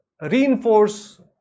reinforce